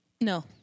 No